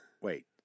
Wait